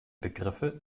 begriffe